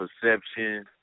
perception